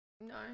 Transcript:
No